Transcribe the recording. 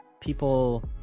people